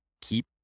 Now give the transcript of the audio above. keep